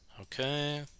Okay